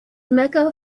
mecca